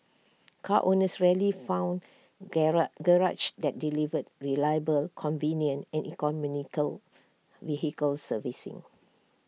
car owners rarely found garages that delivered reliable convenient and economical vehicle servicing